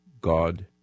God